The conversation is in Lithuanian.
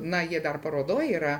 na jie dar parodoj yra